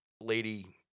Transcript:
lady